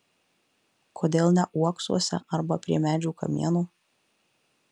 kodėl ne uoksuose arba prie medžių kamienų